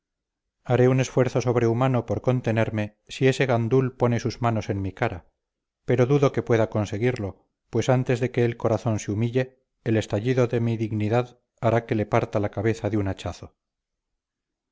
haré un esfuerzo sobrehumano por contenerme si ese gandul pone sus manos en mi cara pero dudo que pueda conseguirlo pues antes de que el corazón se humille el estallido de mi dignidad hará que le parta la cabeza de un hachazo